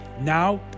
Now